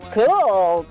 Cool